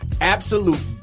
absolute